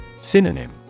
Synonym